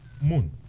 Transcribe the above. moon